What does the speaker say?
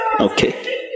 Okay